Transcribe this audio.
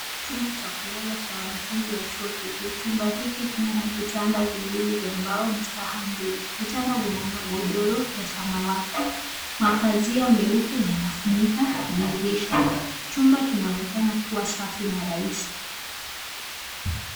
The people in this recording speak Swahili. Chumba cha kulala cha wanafunzi wa chuo kikuu. Chumba hiki kina vitanda viwili vya mbao na staha mbili. Vitanda vina magodoro ya samawati. Mapazia meupe yanafunika dirisha. Chumba kinaonekana kuwa safi na rahisi.